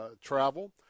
travel